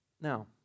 Now